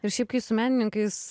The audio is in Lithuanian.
ir šiaip kai su menininkais